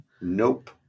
Nope